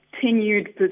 continued